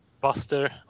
Buster